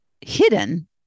hidden